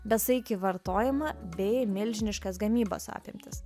besaikį vartojimą bei milžiniškas gamybos apimtis